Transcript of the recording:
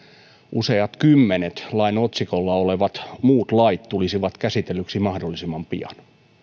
useat kymmenet lain otsikolla olevat muut lait tulisivat käsitellyiksi mahdollisimman pian